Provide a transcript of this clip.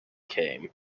came